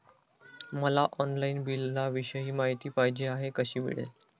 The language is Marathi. मला ऑनलाईन बिलाविषयी माहिती पाहिजे आहे, कशी मिळेल?